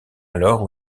alors